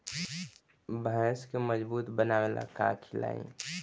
भैंस के मजबूत बनावे ला का खिलाई?